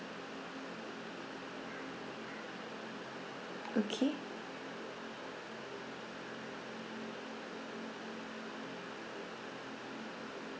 okay